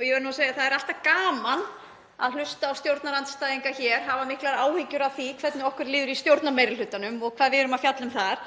Ég verð nú að segja að það er alltaf gaman að hlusta á stjórnarandstæðinga hafa miklar áhyggjur af því hvernig okkur líður í stjórnarmeirihlutanum og hvað við erum að fjalla um þar,